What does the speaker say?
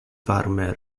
varme